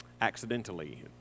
accidentally